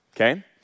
okay